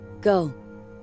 go